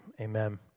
amen